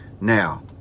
now